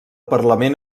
parlament